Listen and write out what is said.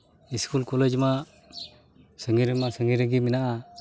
school college ᱢᱟ ᱥᱟᱺᱜᱤᱧ ᱨᱮᱢᱟ ᱥᱟᱺᱜᱤᱧ ᱨᱮᱜᱮ ᱢᱮᱱᱟᱜᱼᱟ